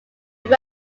rome